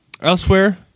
Elsewhere